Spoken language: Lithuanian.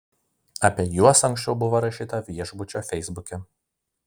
apie juos anksčiau buvo rašyta viešbučio feisbuke